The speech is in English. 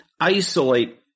isolate